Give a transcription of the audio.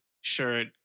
shirt